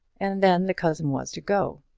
and then the cousin was to go.